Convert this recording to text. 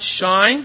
shine